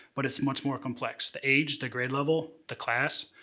but it's much more complex. the age, the grade level, the class,